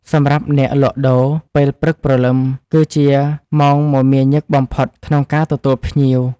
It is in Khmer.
សម្រាប់អ្នកលក់ដូរ ពេលព្រឹកព្រលឹមគឺជាម៉ោងមមាញឹកបំផុតក្នុងការទទួលភ្ញៀវ។